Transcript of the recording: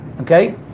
Okay